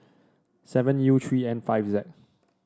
seven U three N five Z